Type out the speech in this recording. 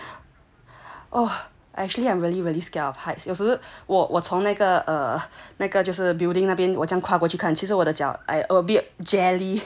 oh actually I'm really really scared of heights 有时我我从那个那个 building 那边我将跨过去看其实我的脚 I a bit jelly